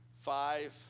five